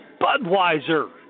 Budweiser